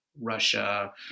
Russia